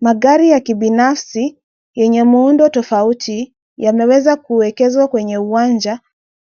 Magari ya kibinafsi yenye muundo tofauti yameweza kuwekezwa kwenye uwanja.